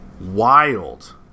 wild